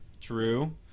True